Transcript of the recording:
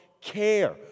care